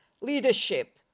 leadership